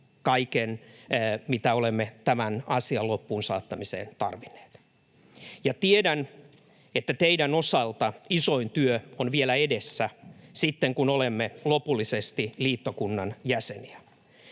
kaiken, mitä olemme tämän asian loppuun saattamiseen tarvinneet. Ja tiedän, että teidän osaltanne isoin työ on vielä edessä, sitten kun olemme lopullisesti liittokunnan jäseniä.